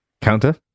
Counter